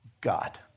God